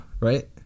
right